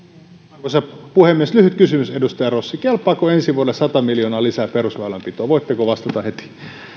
arvoisa puhemies lyhyt kysymys edustaja rossi kelpaako ensi vuodelle sata miljoonaa lisää perusväylänpitoon voitteko vastata heti